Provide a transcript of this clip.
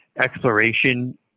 exploration